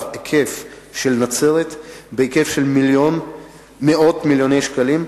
של נצרת בהיקף של מאות מיליוני שקלים,